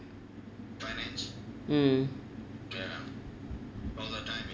mm